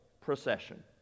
procession